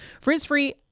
Frizz-free